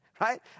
Right